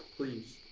please.